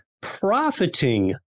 profiting